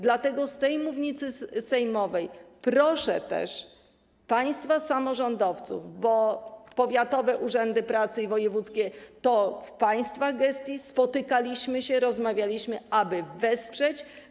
Dlatego z tej mównicy sejmowej proszę też państwa samorządowców, bo jeśli chodzi o powiatowe urzędy pracy i wojewódzkie, to jest to w państwa gestii, spotykaliśmy się, rozmawialiśmy, aby wesprzeć.